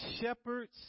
shepherds